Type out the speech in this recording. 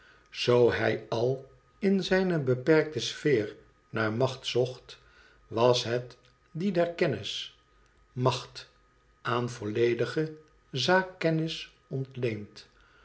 zoo hij al in zijne beperkte sfeer naar macht zocht was het die der kennis macht aan volledige zaakkennis ontleend